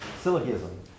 syllogism